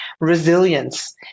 resilience